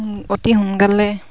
অতি সোনকালে